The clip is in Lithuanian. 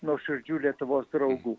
nuoširdžiu lietuvos draugu